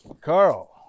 Carl